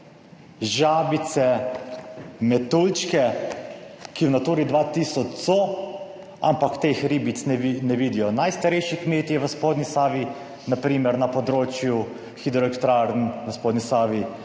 žabice, metuljčke, ki v Naturi 2000 so, ampak teh ribic ne vidijo najstarejši kmetje v spodnji Savi, na primer na področju hidroelektrarn na spodnji Savi,